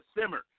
simmer